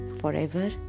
forever